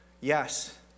Yes